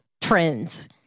trends